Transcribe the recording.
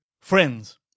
Friends